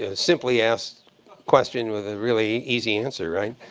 ah simply-asked question with a really easy answer right?